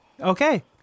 Okay